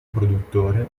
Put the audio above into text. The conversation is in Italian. produttore